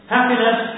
Happiness